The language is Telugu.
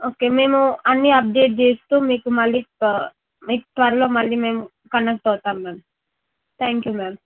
ఓకే మేము అన్నీ అప్డేట్ చేస్తు మీకు మళ్ళీ మీకు త్వరలో మళ్ళీ మేము కనెక్ట్ అవుతాం మ్యామ్ థ్యాంక్ యూ మ్యామ్